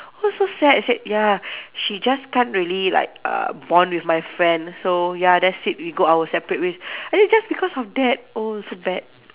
why so sad he said ya she just can't really like uh bond with my friend so ya that's it we go our separate way then just because of that oh so bad